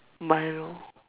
Milo